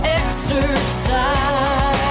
exercise